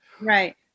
right